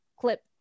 clip